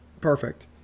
perfect